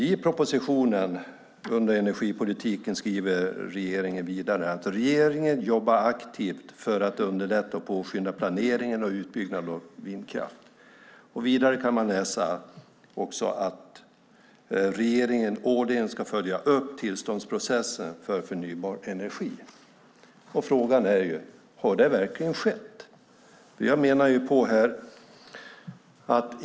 I propositionen under energipolitiken skriver regeringen: Regeringen jobbar aktivt för att underlätta och påskynda planeringen och utbyggnaden av vindkraft. Vidare kan man läsa att regeringen årligen ska följa upp tillståndsprocesserna för förnybar energi. Frågan är: Har det verkligen skett?